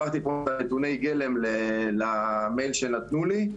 שלחתי נתוני הגלם למייל שנתנו לי.